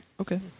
Okay